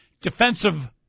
defensive